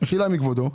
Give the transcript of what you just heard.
מחילה מכבודו.